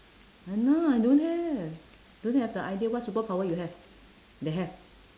!hanna! I don't have don't have the idea what superpower you have they have